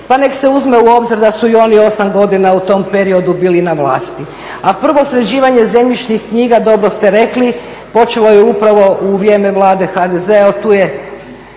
pa neka se uzme u obzir da su i oni 8 godina u tom periodu bili na vlasti. A prvo sređivanje zemljišnih knjiga dobro ste rekli počelo je upravo u vrijeme Vlade HDZ-a.